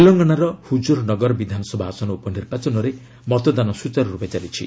ତେଲଙ୍ଗାନାର ହୁକୁର୍ ନଗର ବିଧାନସଭା ଆସନ ଉପନିର୍ବାଚନରେ ମତଦାନ ସୁଚାରୁର୍ପେ ଚାଲିଛି